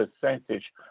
percentage